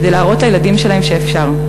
כדי להראות לילדים שלהם שאפשר,